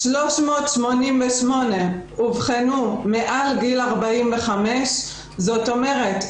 388 אובחנו מעל גיל 45. זאת אומרת,